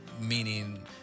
meaning